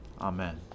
Amen